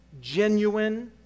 genuine